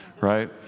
right